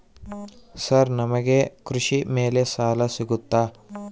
Sir ನಮಗೆ ಕೃಷಿ ಮೇಲೆ ಸಾಲ ಸಿಗುತ್ತಾ?